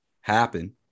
happen